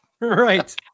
Right